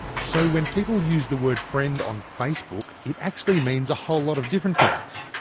so when people use the word friend on facebook, it actually means a whole lot of different things.